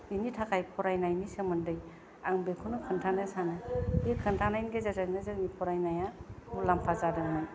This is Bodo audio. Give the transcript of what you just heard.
बेनि थाखाय फरायनायनि सोमोन्दै आं बिखौनो खोन्थानो सानो बे खोन्थानायनि गेजेरजोंनो जोंनि फरायनाया मुलामफा जादोंमोन